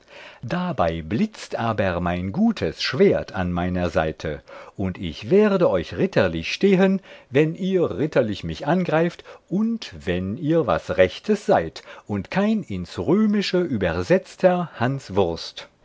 dabei blitzt aber mein gutes schwert an meiner seite und ich werde euch ritterlich stehen wenn ihr ritterlich mich angreift und wenn ihr was rechtes seid und kein ins römische übersetzter hanswurst